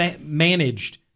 managed